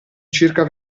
circa